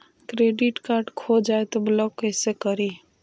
Credit card खो जाए तो ब्लॉक कैसे करी?